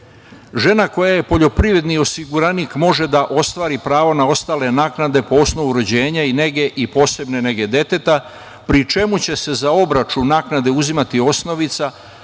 Žena koja je poljoprivredni osiguranik može da ostvari pravo na ostale naknade po osnovu rođenja i nege i posebne nege deteta, pri čemu će se za obračun naknade uzimati osnovica